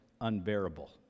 unbearable